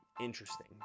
interesting